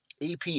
EP